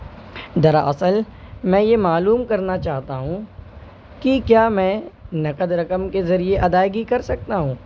دراصل میں یہ معلوم کرنا چاہتا ہوں کہ کیا میں نقد رقم کے ذریعے ادائیگی کر سکتا ہوں